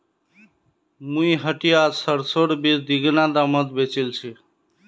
मुई हटियात सरसोर बीज दीगुना दामत बेचील छि